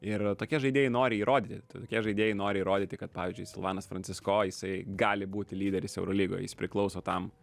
ir tokie žaidėjai nori įrodyti tai tokie žaidėjai nori įrodyti kad pavyzdžiui silvanas francisko jisai gali būti lyderis eurolygoj jis priklauso tam